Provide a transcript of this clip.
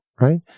Right